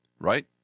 Right